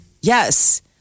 Yes